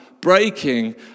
breaking